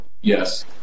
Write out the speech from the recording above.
Yes